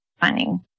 finding